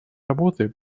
работы